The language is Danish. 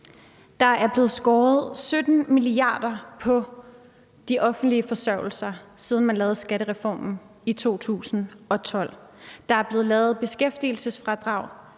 Der er blevet skåret 17 mia. kr. på de offentlige forsørgelser, siden man lavede skattereformen i 2012. Yderligere er der flere gange blevet lavet beskæftigelsesfradrag,